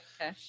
okay